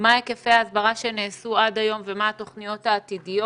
מה היקפי ההסברה שנעשו עד היום ומה התוכניות העתידיות.